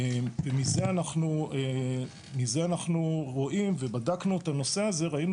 מזה אנחנו רואים ובדקנו את הנושא הזה וראינו